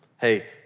hey